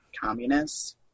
Communists